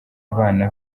abana